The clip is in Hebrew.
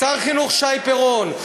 שר החינוך שי פירון?